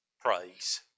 praise